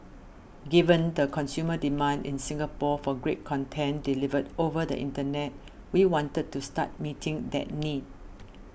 given the consumer demand in Singapore for great content delivered over the Internet we wanted to start meeting that need